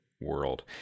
world